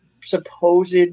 supposed